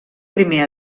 primer